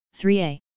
3A